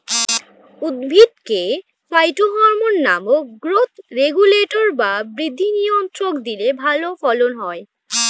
উদ্ভিদকে ফাইটোহরমোন নামক growth regulator বা বৃদ্ধি নিয়ন্ত্রক দিলে ভালো ফলন হয়